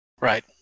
Right